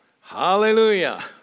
Hallelujah